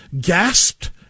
gasped